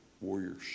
warriors